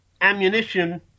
ammunition